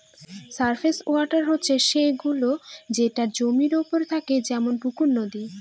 surface water হচ্ছে সে গুলো যেটা জমির ওপরে থাকে যেমন পুকুর, নদী